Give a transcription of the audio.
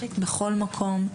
בכל מקום.